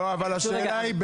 השאלה היא,